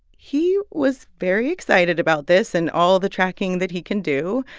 he was very excited about this and all the tracking that he can do.